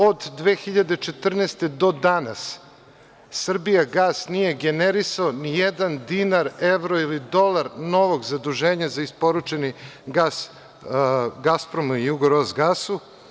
Od 2014. godine do danas Srbijagas nije generisala nijedan dinar, evro ili dolar novog zaduženja za isporučeni gas Gaspromu ili Jugoros gasu.